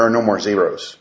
are no more zeroes